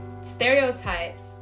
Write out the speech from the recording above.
stereotypes